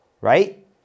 Right